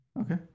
okay